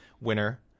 winner